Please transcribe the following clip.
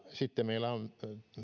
sitten meillä on